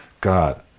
God